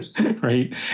right